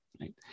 right